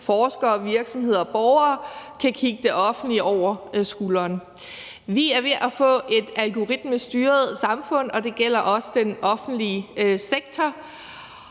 forskere, virksomheder og borgere, kan kigge det offentlige over skulderen. Vi er ved at få et algoritmestyret samfund, og det gælder også den offentlige sektor,